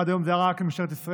עד היום זה היה רק למשטרת ישראל,